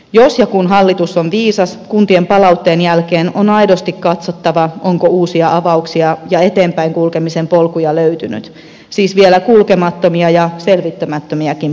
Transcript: jos ja kun hallitus on viisas kuntien palautteen jälkeen on aidosti katsottava onko uusia avauksia ja eteenpäin kulkemisen polkuja löytynyt siis vielä kulkemattomia ja selvittämättömiäkin polkuja